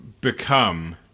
become